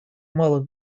малых